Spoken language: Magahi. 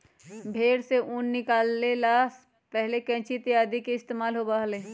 भेंड़ से ऊन निकाले ला पहले कैंची इत्यादि के इस्तेमाल होबा हलय